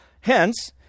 Hence